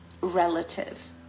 relative